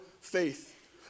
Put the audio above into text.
Faith